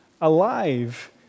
alive